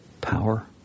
power